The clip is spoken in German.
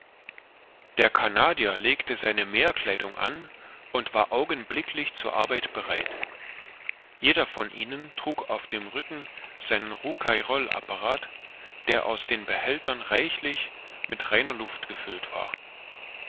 der canadier legte seine meerkleidung an und war augenblicklich zur arbeit bereit jeder von ihnen trug auf dem rücken seinen rouquayrol apparat der aus den behältern reichlich mit reiner luft gefüllt war